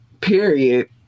period